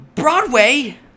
Broadway